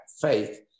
faith